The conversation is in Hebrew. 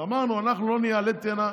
ואמרנו: אנחנו נהיה עלה התאנה